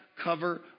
cover